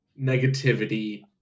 negativity